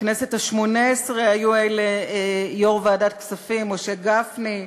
בכנסת השמונה-עשרה היו אלה יושב-ראש ועדת הכספים משה גפני,